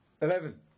Eleven